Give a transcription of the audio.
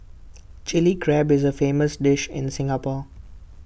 Chilli Crab is A famous dish in Singapore